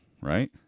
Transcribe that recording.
right